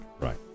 Right